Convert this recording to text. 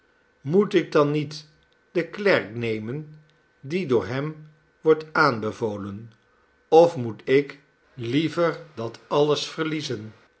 moet ik dan niet den klerk nemen die door hem wordt aanbevolen of moet ik liever dat alles verliezen